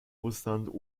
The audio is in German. russland